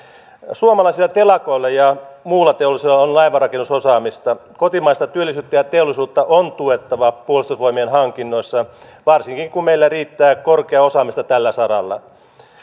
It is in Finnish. suomalaisilla telakoilla ja muulla teollisuudella on laivanrakennusosaamista kotimaista työllisyyttä ja teollisuutta on tuettava puolustusvoimien hankinnoissa varsinkin kun meillä riittää korkeaa osaamista tällä saralla